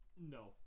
no